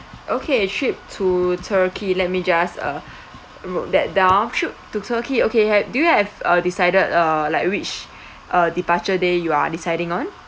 okay trip to turkey let me just uh wrote that down trip to turkey okay ha~ do you have uh decided uh like which uh departure day you are deciding on